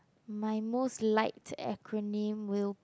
my most like acronym will